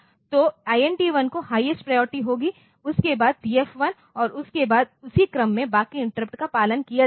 तो INT1 को highest priority होगी उस के बाद TF1 और उसके बाद उसी क्रम में बाकी इंटरप्ट का पालन किया जाएगा